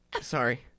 Sorry